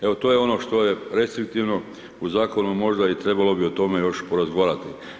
Evo, to je ono što je recitativno u Zakonu možda i trebalo bi o tome još porazgovarati.